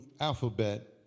alphabet